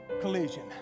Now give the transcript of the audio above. collision